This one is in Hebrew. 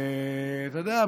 ואתה יודע,